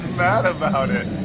mad about it.